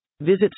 Visit